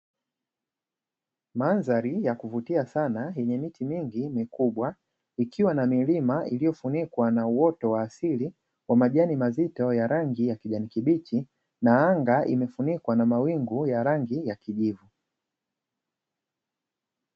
Mandhari ya kuvutia sana yenye miti mingi mikubwa, ikiwa na milima iliyofunikwa na uoto wa asili wa majani mazito ya rangi ya kijani kibichi, na anga imefunikwa na mawingu ya rangi ya kijivu.